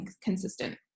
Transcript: consistent